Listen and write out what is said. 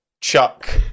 chuck